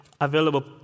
available